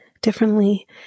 differently